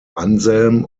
anselm